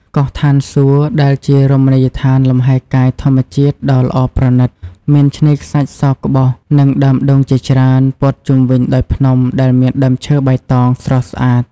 កោះឋានសួគ៌ ដែលជារមណីយដ្ឋានលំហែកាយធម្មជាតិដ៏ល្អប្រណិត មានឆ្នេរខ្សាច់សក្បុស និងដើមដូងជាច្រើន ព័ទ្ធជុំវិញដោយភ្នំដែលមានដើមឈើបៃតង ស្រស់ស្អាត។